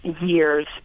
years